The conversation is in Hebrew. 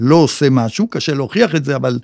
לא עושה משהו, קשה להוכיח את זה, אבל...